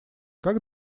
как